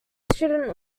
student